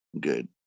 Good